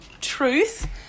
truth